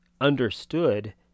understood